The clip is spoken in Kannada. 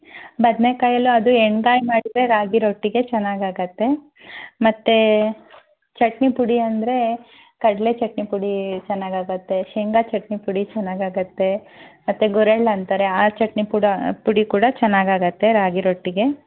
ಬದನೆಕಾಯಲ್ಲೂ ಅದು ಎಣ್ಣೆಗಾಯಿ ಮಾಡಿದರೆ ರಾಗಿ ರೊಟ್ಟಿಗೆ ಚೆನ್ನಾಗಾಗತ್ತೆ ಮತ್ತೆ ಚಟ್ನಿ ಪುಡಿ ಅಂದರೆ ಕಡಲೆ ಚಟ್ನಿ ಪುಡಿ ಚೆನ್ನಾಗಾಗತ್ತೆ ಶೇಂಗಾ ಚಟ್ನಿ ಪುಡಿ ಚೆನ್ನಾಗಾಗತ್ತೆ ಮತ್ತೆ ಗುರೆಳ್ಳು ಅಂತಾರೆ ಆ ಚಟ್ನಿ ಪುಡ ಪುಡಿ ಕೂಡ ಚೆನ್ನಾಗಾಗತ್ತೆ ರಾಗಿ ರೊಟ್ಟಿಗೆ